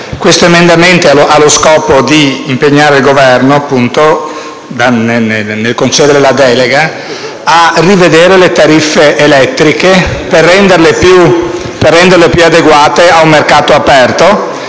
(testo 2) ha lo scopo di impegnare il Governo, nel concedere la delega, a rivedere le tariffe elettriche per renderle più adeguate a un mercato aperto.